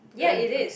ya it is